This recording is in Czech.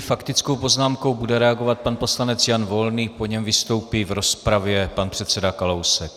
S faktickou poznámkou bude reagovat pan poslanec Jan Volný, po něm vystoupí v rozpravě pan předseda Kalousek.